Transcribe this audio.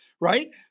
right